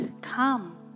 Come